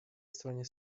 stronie